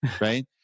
right